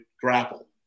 grapple